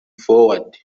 ford